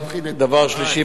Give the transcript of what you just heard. דבר שלישי,